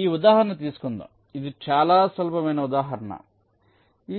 ఈ ఉదాహరణ తీసుకుందాంఇది చాలా సులభమైన ఉదాహరణ